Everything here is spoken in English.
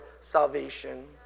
salvation